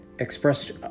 expressed